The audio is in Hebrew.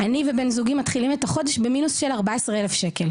אני ובן זוגי מתחילים את החודש במינוס של 14,000 ₪.